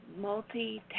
multitasking